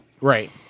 Right